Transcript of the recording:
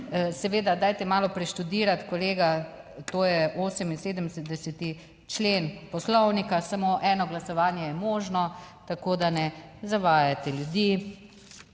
Seveda, dajte malo preštudirati kolega, to je 78. člen Poslovnika, samo eno glasovanje je možno, tako da ne zavajate ljudi.